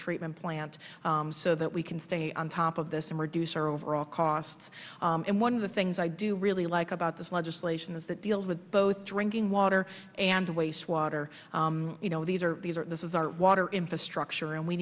treatment plant so that we can stay on top of this and reduce our overall costs and one of the things i do really like about this legislation is that deals with both drinking water and waste water you know these are these are this is our water infrastructure and we